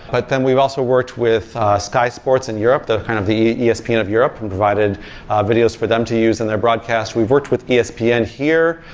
but then we've also worked with sky sports in europe, the kind of the yeah espn of europe and provided videos for them to use in their broadcasts. we've worked with espn yeah and here,